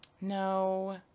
No